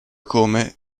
come